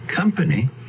Company